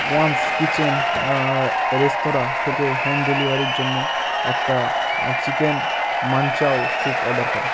one's kitchen restaurant থেকে home ডেলিভারির জন্য একটা চিকেন মানচাও স্যুপ অর্ডার করো